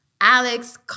Alex